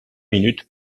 minutes